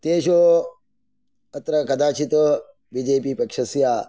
तेषु अत्र कदाचित् बि जे पी पक्षस्य